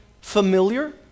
familiar